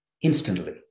Instantly